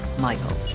Michael